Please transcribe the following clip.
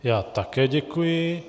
Já také děkuji.